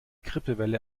grippewelle